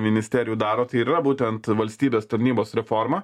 ministerijų daro tai ir yra būtent valstybės tarnybos reforma